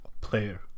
player